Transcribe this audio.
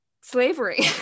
slavery